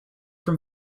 from